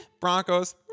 Broncos